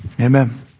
amen